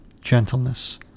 gentleness